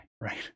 right